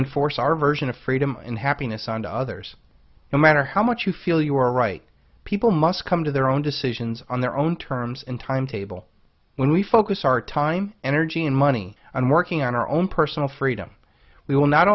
enforce our version of freedom and happiness and others no matter how much you feel you are right people must come to their own decisions on their own terms and timetable when we focus our time energy and money on working on our own personal freedom we will not